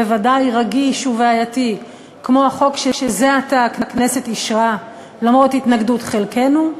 בוודאי רגיש ובעייתי כמו החוק שזה עתה אישרה למרות התנגדות חלקנו,